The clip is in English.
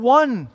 one